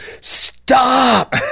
stop